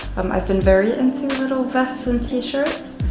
i've been very into little vests and t-shirts.